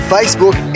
Facebook